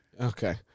Okay